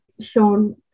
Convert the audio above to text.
shown